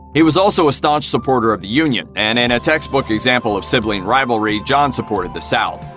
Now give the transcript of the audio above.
he was also a staunch supporter of the union, and in a textbook example of sibling rivalry, john supported the south.